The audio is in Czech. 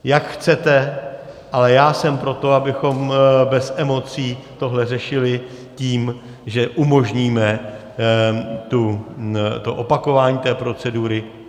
Jak chcete, ale já jsem pro to, abychom bez emocí tohle řešili tím, že umožníme opakování té procedury.